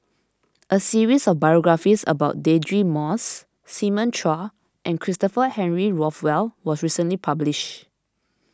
a series of biographies about Deirdre Moss Simon Chua and Christopher Henry Rothwell was recently published